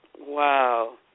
Wow